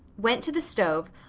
went to the stove,